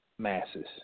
Masses